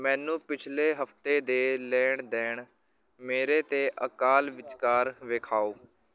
ਮੈਨੂੰ ਪਿੱਛਲੇ ਹਫ਼ਤੇ ਦੇ ਲੈਣ ਦੇਣ ਮੇਰੇ ਅਤੇ ਅਕਾਲ ਵਿੱਚਕਾਰ ਵਿਖਾਓ